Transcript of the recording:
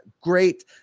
Great